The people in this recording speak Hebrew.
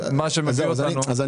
מה שמביא אותנו --- אז זהו,